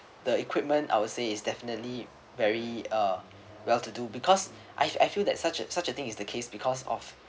the equipment I would say is definitely very uh well to do because I I feel that such a such a thing is the case because of